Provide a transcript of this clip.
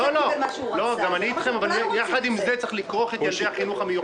כמה שנים יש תור של מאות ילדים לאותם מוסדות נעולים?